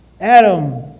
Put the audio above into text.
Adam